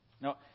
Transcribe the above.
now